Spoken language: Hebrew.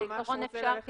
בעיקרון אפשר.